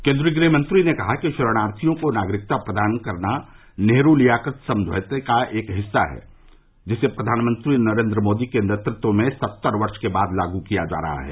केन्द्रीय गृहमंत्री ने कहा कि शरणार्थियों को नागरिकता प्रदान करना नेहरू लियाकत समझौते का एक हिस्सा है जिसे प्रधानमंत्री नरेन्द्र मोदी के नेतृत्व में सत्तर वर्ष के बाद लागू किया जा रहा है